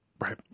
Right